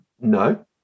No